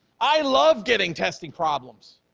i love getting testing problems,